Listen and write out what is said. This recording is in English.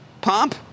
Pomp